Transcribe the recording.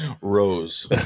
Rose